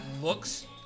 looks